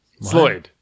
Sloyd